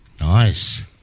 Nice